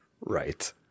Right